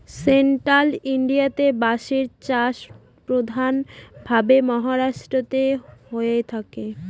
central ইন্ডিয়াতে বাঁশের চাষ প্রধান ভাবে মহারাষ্ট্রেতে হয়ে থাকে